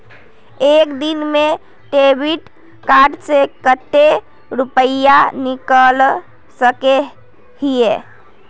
एक दिन में डेबिट कार्ड से कते रुपया निकल सके हिये?